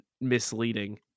misleading